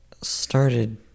started